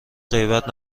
غیبت